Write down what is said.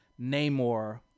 Namor